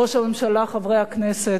ראש הממשלה, חברי הכנסת,